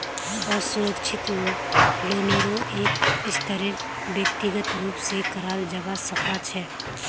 असुरक्षित लोनेरो एक स्तरेर व्यक्तिगत रूप स कराल जबा सखा छ